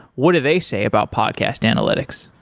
what do they say about podcast analytics?